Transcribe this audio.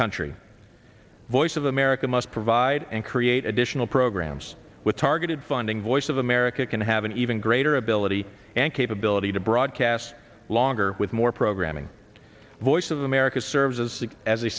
country voice of america must provide and create additional programs with targeted funding voice of america can have an even greater ability and capability to broadcast longer with more programming voice of america serves as